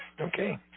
Okay